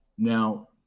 Now